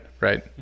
right